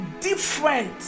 different